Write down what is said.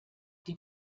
die